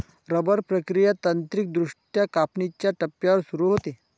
rubber प्रक्रिया तांत्रिकदृष्ट्या कापणीच्या टप्प्यावर सुरू होते